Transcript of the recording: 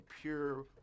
pure